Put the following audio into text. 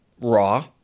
raw